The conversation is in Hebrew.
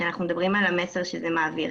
שאנחנו מדברים על המסר שזה מעביר.